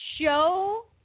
show